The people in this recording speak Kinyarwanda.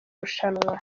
rushanwa